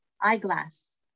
eyeglass